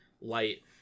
light